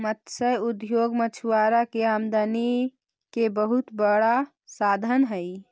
मत्स्य उद्योग मछुआरा के आमदनी के बहुत बड़ा साधन हइ